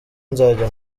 nzajya